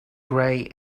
grey